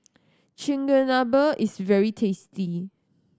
chigenabe is very tasty